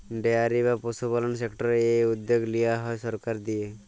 dairy বা পশুপালল সেক্টরের এই উদ্যগ লিয়া হ্যয় সরকারের দিঁয়ে